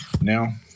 now